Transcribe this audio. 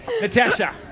Natasha